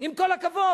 עם כל הכבוד.